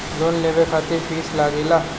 Loan लेवे खातिर fees लागेला?